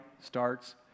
starts